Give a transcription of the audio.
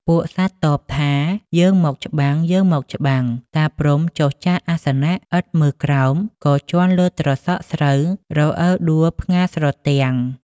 ពួកសត្វតបថាយើងមកច្បាំងៗ តាព្រហ្មចុះចាកអាសនៈ ឥតមើលក្រោមក៏ជាន់លើត្រសក់ស្រូវរអិលដួលផ្ងារស្រទាំង។